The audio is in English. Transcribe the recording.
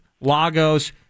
Lagos